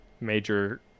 major